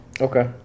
okay